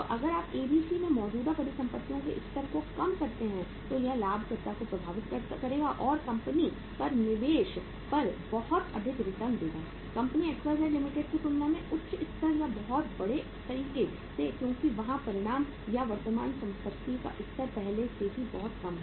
तो अगर आप एबीसी में मौजूदा परिसंपत्तियों के स्तर को कम करते हैं तो यह लाभप्रदता को प्रभावित करेगा या कंपनी पर निवेश पर बहुत अधिक रिटर्न देगा कंपनी XYZ लिमिटेड की तुलना में उच्च स्तर या बहुत बड़े तरीके से क्योंकि वहाँ परिमाण या वर्तमान संपत्ति का स्तर पहले से ही बहुत कम है